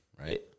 right